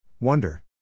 Wonder